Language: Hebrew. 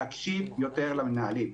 להקשיב יותר למנהלים.